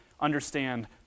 understand